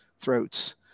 throats